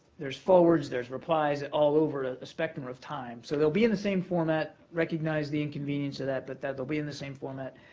there's forwards, there's replies all over a spectrum of time. so they'll be in the same format. recognize the inconvenience of that, but they'll be in the same format.